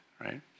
right